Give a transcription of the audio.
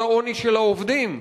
על עוני של העובדים,